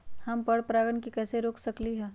हम पर परागण के कैसे रोक सकली ह?